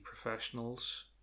professionals